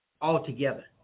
altogether